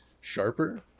sharper